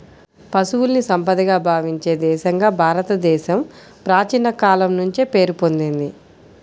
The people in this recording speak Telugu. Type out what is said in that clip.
పశువుల్ని సంపదగా భావించే దేశంగా భారతదేశం ప్రాచీన కాలం నుంచే పేరు పొందింది